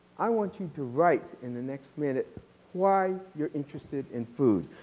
i want you to write in the next minute why you are interested in food.